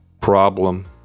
problem